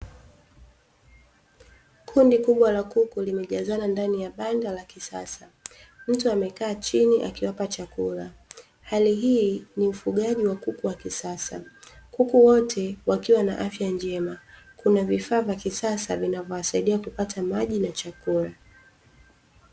Kundi kubwa la kuku limejazana ndani ya banda la kisasa, mtu amekaa chini akiwapa chakula. Hali hii ni ufugaji wa kuku wa kisasa, kuku wote wakiwa na afya njema. Kuna vifaa vya kisasa vinavyowasaidia kupata maji na chakula.